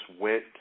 went